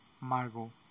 Margot